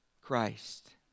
Christ